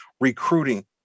recruiting